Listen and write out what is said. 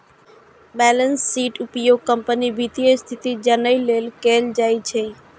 balance शीटक उपयोग कंपनीक वित्तीय स्थिति जानै लेल कैल जाइ छै